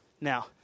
now